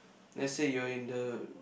lets say you are in the